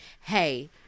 hey